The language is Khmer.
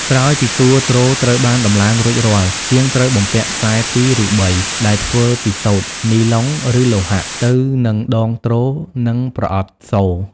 ក្រោយពីតួទ្រត្រូវបានដំឡើងរួចរាល់ ជាងត្រូវបំពាក់ ខ្សែពីរ ឬបី ដែលធ្វើពីសូត្រ នីឡុង ឬលោហៈ ទៅនឹងដងទ្រ និងប្រអប់សូរ។